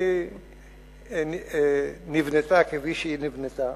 היא נבנתה כפי שהיא נבנתה.